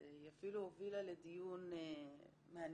היא אפילו הובילה לדיון מעניין.